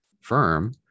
firm